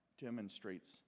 demonstrates